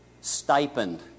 Stipend